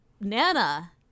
Nana